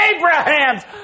Abraham's